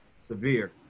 severe